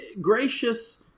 gracious